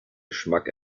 geschmack